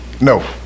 No